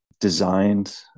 designed